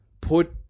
Put